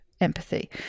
empathy